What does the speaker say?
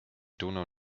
donau